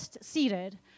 seated